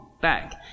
back